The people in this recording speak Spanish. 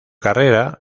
carrera